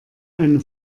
eine